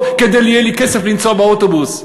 כדי שיהיה לי כסף לנסוע באוטובוס.